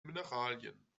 mineralien